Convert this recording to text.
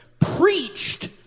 preached